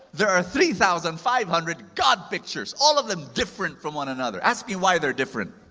there are three thousand five hundred god pictures. all of them different from one another. ask me why they're different